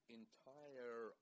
entire